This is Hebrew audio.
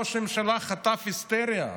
ראש הממשלה חטף היסטריה,